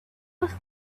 was